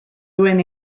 duen